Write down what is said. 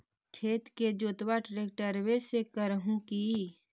खेत के जोतबा ट्रकटर्बे से कर हू की?